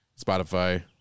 Spotify